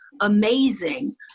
amazing